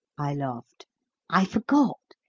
i laughed i forgot.